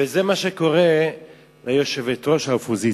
וזה מה שקורה ליושבת-ראש האופוזיציה.